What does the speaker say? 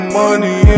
money